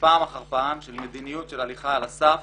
פעם אחר פעם של מדיניות של הליכה על הסף